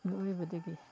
ꯃꯤꯑꯣꯏꯕꯗꯒꯤ